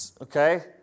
okay